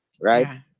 Right